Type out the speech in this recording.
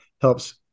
helps